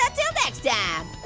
until next